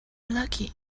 lucky